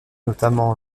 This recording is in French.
notamment